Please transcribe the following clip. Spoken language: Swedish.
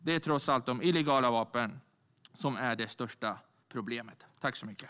Det är trots allt de illegala vapnen som är det största problemet.